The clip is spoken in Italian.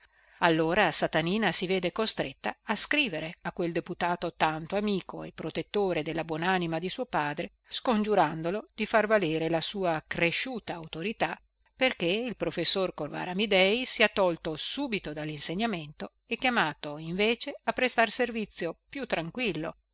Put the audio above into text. allora satanina si vede costretta a scrivere a quel deputato tanto amico e protettore della buonanima di suo padre scongiurandolo di far valere la sua cresciuta autorità perché il professor corvara amidei sia tolto subito dallinsegnamento e chiamato invece a prestar servizio più tranquillo